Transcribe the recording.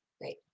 Great